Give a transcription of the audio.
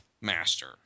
Master